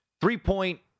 three-point